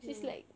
ya